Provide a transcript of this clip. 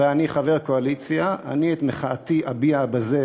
ואני חבר קואליציה, אני את מחאתי אביע בזה